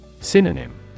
Synonym